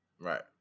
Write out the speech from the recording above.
Right